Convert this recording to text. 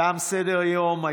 תם סדר-היום.